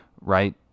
right